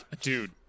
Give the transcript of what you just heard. Dude